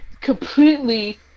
completely